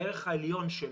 הערך העליון שלו,